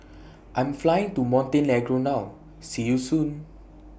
I Am Flying to Montenegro now See YOU Soon